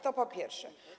To po pierwsze.